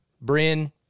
Bryn